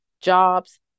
jobs